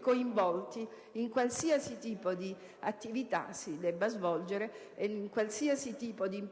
coinvolti in qualsiasi tipo di attività e di risorse finanziarie cui il Governo